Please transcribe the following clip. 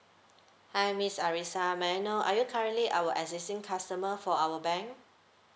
hi miss arissa may I know are you currently our existing customer for our bank